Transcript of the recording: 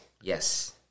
Yes